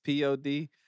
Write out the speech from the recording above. POD